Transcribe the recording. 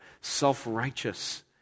self-righteous